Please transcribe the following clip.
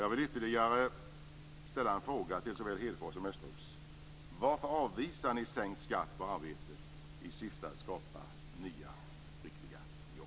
Jag vill ytterligare ställa en fråga till såväl Hedfors som Östros: Varför avvisar ni sänkt skatt på arbete i syfte att skapa nya, riktiga jobb?